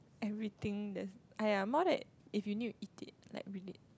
everything that I'm more than if you need it eat it like really